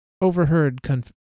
Overheard